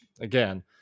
again